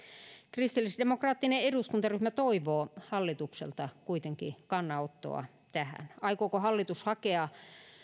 kristillisdemokraattinen eduskuntaryhmä toivoo hallitukselta kuitenkin kannanottoa tähän aikooko hallitus hakea